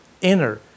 inner